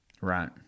Right